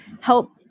help